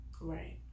right